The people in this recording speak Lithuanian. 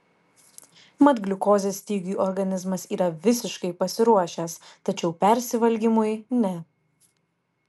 mat gliukozės stygiui organizmas yra visiškai pasiruošęs tačiau persivalgymui ne